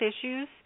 issues